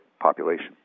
population